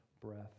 breath